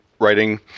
writing